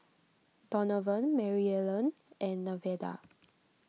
Donovan Maryellen and Nevada